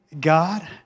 God